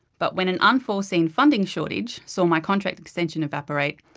but when an unforeseen funding shortage saw my contract extension evaporate,